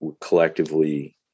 collectively